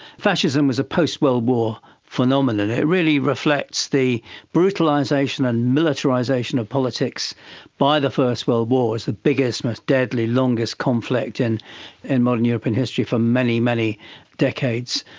fascism was a post-world war phenomenon, it really reflects the brutalisation and militarisation of politics by the first world war, it's the biggest most deadly, longest conflict and in modern european history for many, many decades,